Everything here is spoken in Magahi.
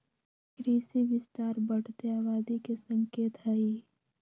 कृषि विस्तार बढ़ते आबादी के संकेत हई